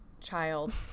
child